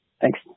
Thanks